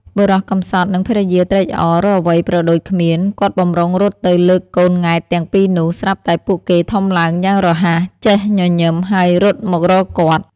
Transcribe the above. បុរសកំសត់ និង ភរិយាត្រេកអររកអ្វីប្រដូចគ្មាន គាត់បំរុងរត់ទៅលើកកូនង៉ែតទាំងពីរនោះ ស្រាប់តែពួកគេធំឡើងយ៉ាងរហ័ស ចេះញញឹម ហើយរត់មករកគាត់ ៕